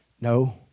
No